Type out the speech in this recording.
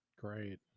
Great